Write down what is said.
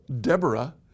Deborah